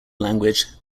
language